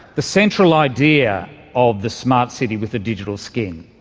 the central idea of the smart city with the digital skin,